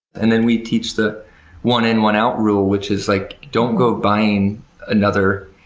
and then we teach the one-in-one-out rule, which is like don't go buying another